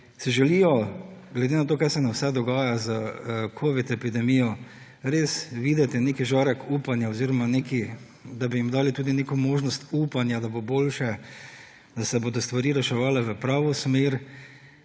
si želijo glede na to, kaj se nam vse dogaja s covid epidemijo, res videti nek žarek upanja oziroma da bi jim dali tudi neko možnost upanja, da bo boljše, da se bodo stvari reševale v pravo smer.